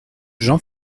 jean